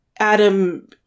Adam